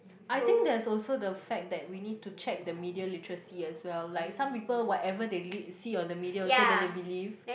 I think there is also the fact that we need to check the media literacy as well like some people whatever they lead see on the media so then they believe